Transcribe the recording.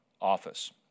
office